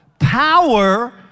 power